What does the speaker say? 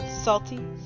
Salty